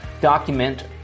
document